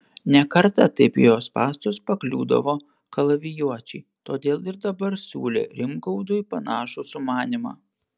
ne kartą taip į jo spąstus pakliūdavo kalavijuočiai todėl ir dabar siūlė rimgaudui panašų sumanymą